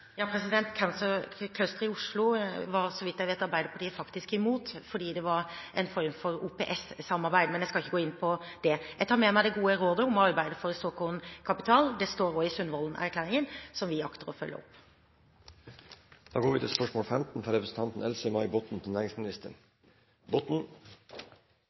vidt jeg vet, Arbeiderpartiet faktisk imot, fordi det var en form for OPS-samarbeid, men jeg skal ikke gå inn på det. Jeg tar med meg det gode rådet om å arbeide for såkornkapital. Det står òg i Sundvolden-erklæringen, som vi akter å følge opp.